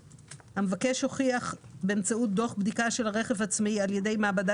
המבקש הוכיח באמצעות דוח בדיקה של הרכב העצמאי על ידי מעבדה